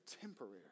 temporary